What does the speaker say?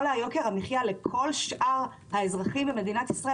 יוקר המחיה לכל שאר האזרחים במדינת ישראל,